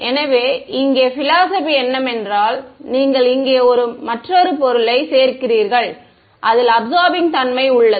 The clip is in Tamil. எனவே இங்கே பிலோஸோபி என்னவென்றால் நீங்கள் இங்கே மற்றொரு பொருளைச் சேர்க்கிறீர்கள் அதில் அபிசார்பிங் தன்மை உள்ளது